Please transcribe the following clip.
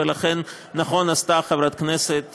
ולכן נכון עשתה חברת הכנסת